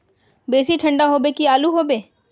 बेसी ठंडा होबे की आलू होबे